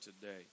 today